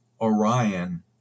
Orion